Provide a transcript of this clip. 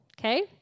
Okay